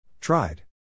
Tried